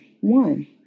one